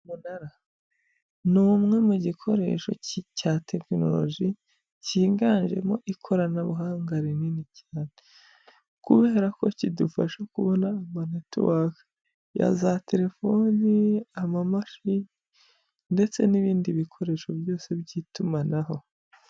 Umunara ni umwe mu gikoresho cya tekinoroji, cyiganjemo ikoranabuhanga rinini cyane, kubera ko kidufasha kubona amanetiwake ya za telefoni, n'amamashini ndetse n'ibindi bikoresho byose by'itumanaho.